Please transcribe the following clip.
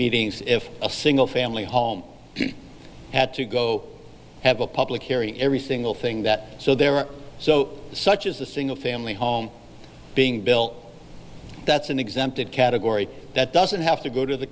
meetings if a single family home had to go have a public hearing every single thing that so there are so such as a single family home being built that's an exempted category that doesn't have to go to the